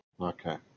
Okay